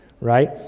right